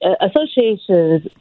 Associations